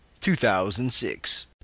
2006